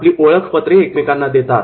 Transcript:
आपली ओळखपत्रे एकमेकांना देतात